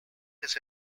his